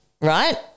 right